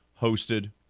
hosted